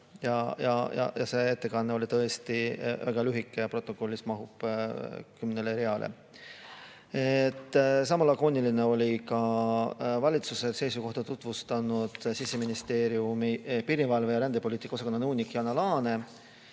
ettekanne oli tõesti väga lühike, protokollis mahub kümnele reale. Sama lakooniline oli ka valitsuse seisukohta tutvustanud Siseministeeriumi piirivalve‑ ja rändepoliitika osakonna nõunik Jana Laane,